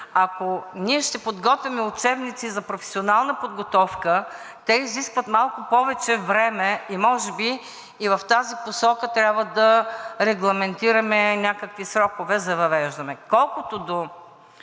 Ако ние ще подготвяме учебници за професионална подготовка, те изискват малко повече време и може би в тази посока трябва да регламентираме някакви срокове за въвеждане.